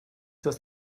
das